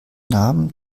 nahm